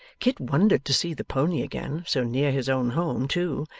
kit wondered to see the pony again, so near his own home too,